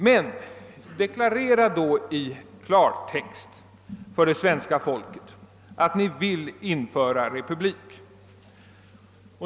Men deklarera då i klartext för det svenska folket att ni vill införa republik!